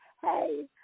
hey